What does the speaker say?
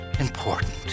important